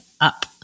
up